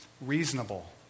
reasonable